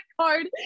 card